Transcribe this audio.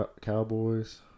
Cowboys